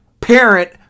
parent